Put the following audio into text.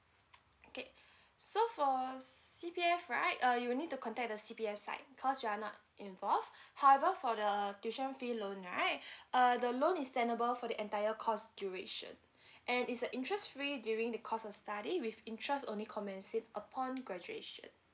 okay so for C_P_F right uh you need to contact the C_P_F side because we are not involve however for the tuition fee loan right uh the loan is standable for the entire course duration and is a interest free during the course of study with interest only commencing upon graduation